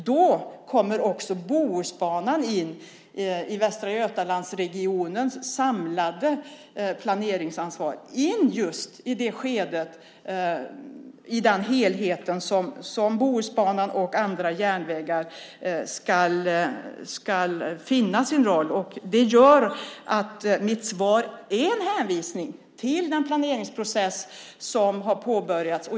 Bohusbanan kommer in i Västra Götalandsregionens samlade planeringsansvar i den helhet som alla järnvägar ska finna sin roll i. Det gör att mitt svar är en hänvisning till den planeringsprocess som har påbörjats.